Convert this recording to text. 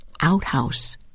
outhouse